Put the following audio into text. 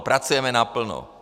Pracujeme naplno.